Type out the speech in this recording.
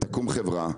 תקום חברה,